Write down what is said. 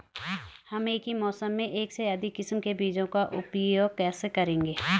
हम एक ही मौसम में एक से अधिक किस्म के बीजों का उपयोग कैसे करेंगे?